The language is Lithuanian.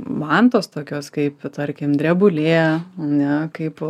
vantos tokios kaip tarkim drebulė ne kaip